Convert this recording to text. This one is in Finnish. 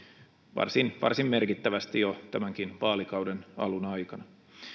varsin varsin merkittävästi jo tämänkin vaalikauden alun aikana